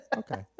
okay